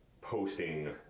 posting